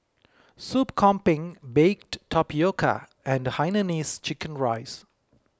Sup Kambing Baked Tapioca and Hainanese Chicken Rice